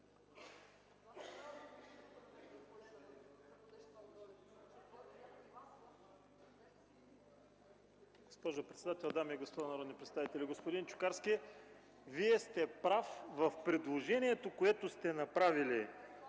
Господин Чукарски, прав сте в предложението, което сте направили